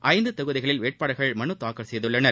ஐந்து தொகுதிகளில் வேட்பாளர்கள் மனு தாக்கல் செய்துள்ளனர்